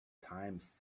times